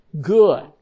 good